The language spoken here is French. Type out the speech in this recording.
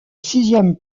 sixième